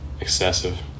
excessive